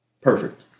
perfect